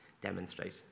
demonstrate